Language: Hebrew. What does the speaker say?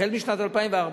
החל משנת 2014,